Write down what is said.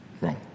Wrong